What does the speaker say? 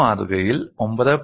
ഒരു മാതൃകയിൽ 9